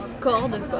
Cordes